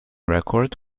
record